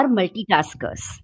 multitaskers